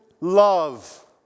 love